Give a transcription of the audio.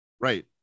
right